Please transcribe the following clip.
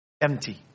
empty